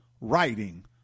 writing